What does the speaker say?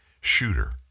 Shooter